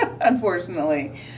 unfortunately